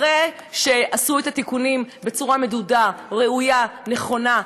אחרי שעשו את התיקונים בצורה מדודה, ראויה, נכונה.